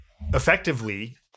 effectively